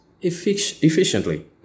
efficiently